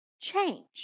change